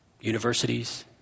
universities